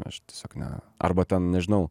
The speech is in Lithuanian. aš tiesiog ne arba ten nežinau